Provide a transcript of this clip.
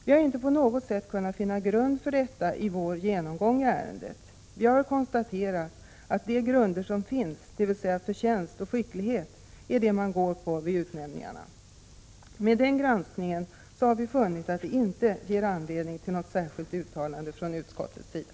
Vi har inte på något sätt kunnat finna grund för detta vid vår genomgång av ärendet. Vi har konstaterat att de grunder som finns, dvs. förtjänst och skicklighet, är det man vid utnämningarna fäster avseende vid. Vid den granskningen har vi funnit att det inte finns anledning till något särskilt uttalande från utskottets sida.